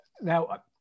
now